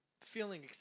feeling